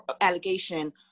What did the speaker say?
allegation